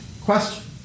question